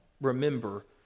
Remember